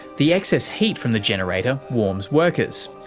the excess heat from the generator warms workers,